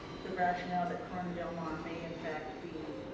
the rationale that corona del mar may in fact be